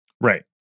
Right